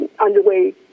underway